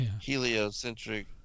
heliocentric